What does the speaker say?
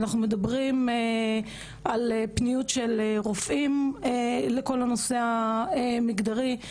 אנחנו מדברים על פניות של רופאים לכל הנושא המגדרי.